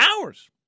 hours